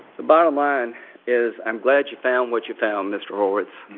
the bottom line is i'm glad you found what you found, mr. horwitz.